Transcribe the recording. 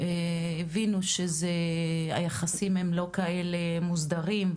הבינו שהיחסים הם לא כאלה מוסדרים,